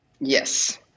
Yes